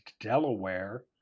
Delaware